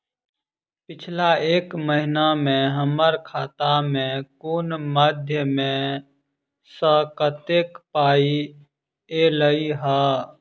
पिछला एक महीना मे हम्मर खाता मे कुन मध्यमे सऽ कत्तेक पाई ऐलई ह?